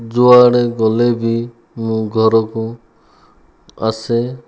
ଯୁଆଡ଼େ ଗଲେ ବି ମୁଁ ଘରକୁ ଆସେ